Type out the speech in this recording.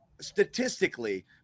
statistically